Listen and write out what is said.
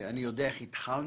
אני יודע איך התחלנו,